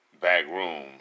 backroom